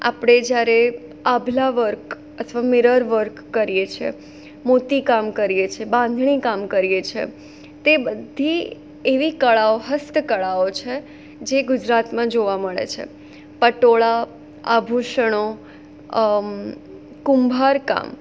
આપણે જ્યારે આભલા વર્ક અથવા મિરર વર્ક કરીએ છે મૂર્તિકામ કરીએ છીએ બાંધણીકામ કરીએ છીએ તે બધી એવી કળાઓ હસ્તકળાઓ છે જે ગુજરાતમાં જોવા મળે છે પટોળા આભૂષણો કુંભારકામ